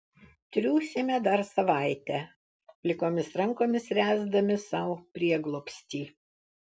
triūsėme dar savaitę plikomis rankomis ręsdami sau prieglobstį